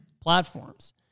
platforms